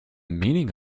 meaning